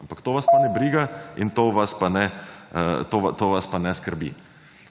ampak to vas sploh ne briga in to vas pa ne skrbi.